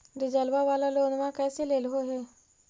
डीजलवा वाला लोनवा कैसे लेलहो हे?